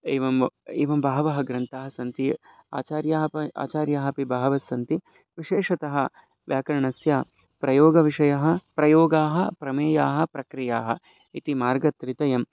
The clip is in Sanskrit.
एवम् एवं बहवः ग्रन्थाः सन्ति आचार्याः आचार्याः अपि बहवः सन्ति विशेषतः व्याकरणस्य प्रयोगविषयः प्रयोगाः प्रमेयाः प्रक्रियाः इति मार्गत्रयम्